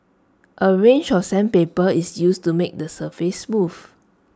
A range of sandpaper is used to make the surface smooth